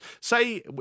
say